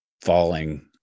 falling